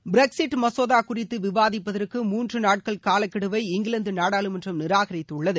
Brexit மசோதா குறித்து விவாதிப்பதற்கு மூன்று நாட்கள் காலக்கெடுவை இங்கிலாந்து நாடாளுமன்றம் நிராகரித்துள்ளது